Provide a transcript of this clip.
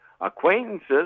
Acquaintances